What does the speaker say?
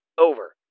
Over